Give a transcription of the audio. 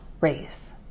race